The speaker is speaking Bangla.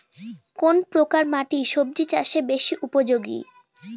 কোন প্রকার মাটি সবজি চাষে বেশি উপযোগী?